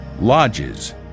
lodges